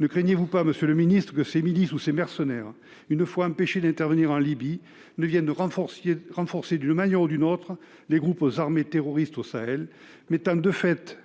ne craignez-vous pas, monsieur le ministre, que ces milices ou ces mercenaires, une fois empêchés d'intervenir en Libye, ne viennent renforcer d'une manière ou d'une autre les groupes armés terroristes au Sahel, mettant de fait